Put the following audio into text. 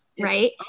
right